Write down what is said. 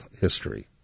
history